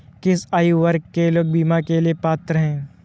किस आयु वर्ग के लोग बीमा के लिए पात्र हैं?